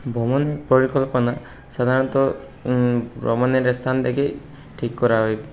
ভ্রমণের পরিকল্পনা সাধারণত ভ্রমণের স্থান থেকেই ঠিক করা হয়